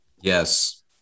yes